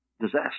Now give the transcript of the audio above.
Disaster